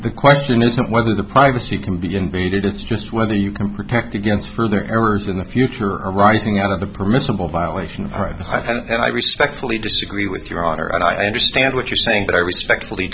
the question isn't whether the privacy can be invaded it's just whether you can protect against further errors in the future arising out of the permissible violation of privacy i respectfully disagree with your honor and i understand what you're saying but i respectfully